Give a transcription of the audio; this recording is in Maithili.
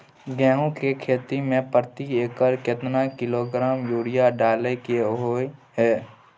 गेहूं के खेती में प्रति एकर केतना किलोग्राम यूरिया डालय के होय हय?